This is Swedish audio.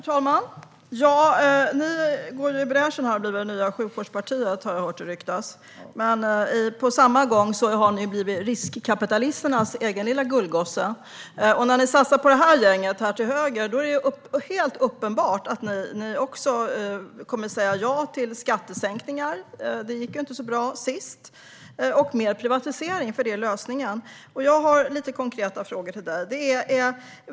Herr talman! Sverigedemokraterna går i bräschen och har blivit det nya sjukvårdspartiet, har jag hört ryktas. Men på samma gång har ni blivit riskkapitalisternas egna små gullgossar. Och när ni satsar på gänget här till höger är det helt uppenbart att ni också kommer att säga ja till skattesänkningar - det gick ju inte så bra sist - och till mer privatisering, för det är lösningen. Jag har några konkreta frågor till dig, Per Ramhorn.